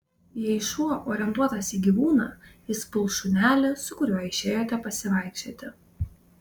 jei šuo orientuotas į gyvūną jis puls šunelį su kuriuo išėjote pasivaikščioti